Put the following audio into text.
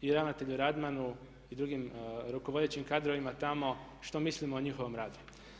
i ravnatelju Radmanu i drugim rukovodećim kadrovima tamo što mislimo o njihovom radu.